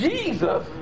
Jesus